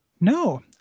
No